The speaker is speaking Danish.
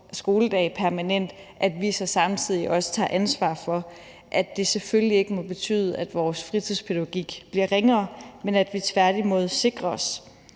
skoledage permanent, så samtidig også tager ansvar for, at det selvfølgelig ikke må betyde, at vores fritidspædagogik bliver ringere, men at vi tværtimod sikrer os,